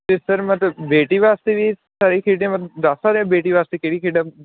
ਅਤੇ ਸਰ ਮਤਲਬ ਬੇਟੀ ਵਾਸਤੇ ਵੀ ਸਾਰੀ ਖੇਡਾਂ ਮਤਲਬ ਦੱਸ ਸਕਦੇ ਬੇਟੀ ਵਾਸਤੇ ਕਿਹੜੀ ਖੇਡਾਂ